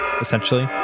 essentially